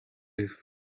live